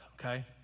okay